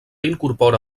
incorpora